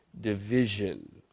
division